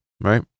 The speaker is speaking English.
right